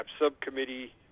subcommittee